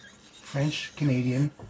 French-Canadian